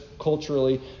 culturally